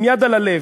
עם יד על הלב,